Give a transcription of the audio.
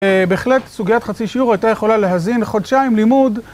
בהחלט סוגיית חצי שיעור הייתה יכולה להזין חודשיים לימוד